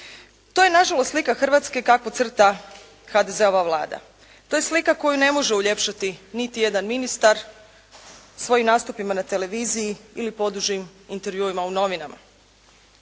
To je nažalost slika Hrvatske kakvu crta HDZ-ova Vlada. To je slika koju ne može uljepšati niti jedan ministar svojim nastupima na televiziji ili podužim intervjuima u novinama.